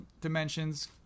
dimensions